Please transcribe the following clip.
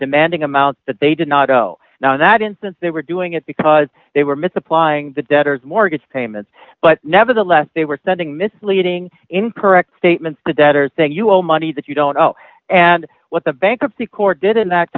demanding amount that they did not go now in that instance they were doing it because they were misapplying the debtors mortgage payments but nevertheless they were sending misleading incorrect statements to debtors that you owe money that you don't owe and what the bankruptcy court did